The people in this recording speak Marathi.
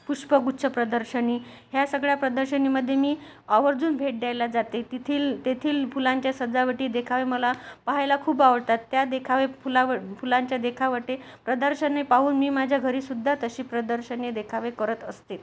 पुष्पगुच्छ प्रदर्शनी ह्या सगळ्या प्रदर्शनीमध्ये मी आवर्जून भेट द्यायला जाते तेथील तेथील फुलांच्या सजावटी देखावे मला पहायला खूप आवडतात त्या देखावे फुलाव फुलांच्या देखावटे प्रदर्शने पाहून मी माझ्या घरीसुद्धा तशी प्रदर्शने देखावे करत असते